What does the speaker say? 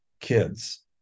kids